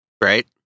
right